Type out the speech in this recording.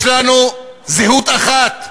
יש לנו זהות אחת.